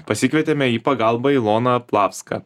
pasikvietėme į pagalbą iloną plavską